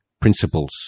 principles